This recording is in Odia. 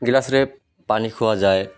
ଗିଲାସରେ ପାଣି ଖୁଆଯାଏ